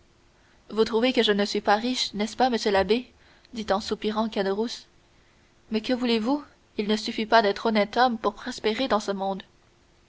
vous trouvez que je ne suis pas riche n'est-ce pas monsieur l'abbé dit en soupirant caderousse mais que voulez-vous il ne suffit pas d'être honnête homme pour prospérer dans ce monde